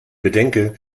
bedenke